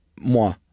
moi